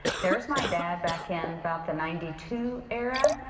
there's my dad back in about the ninety two era.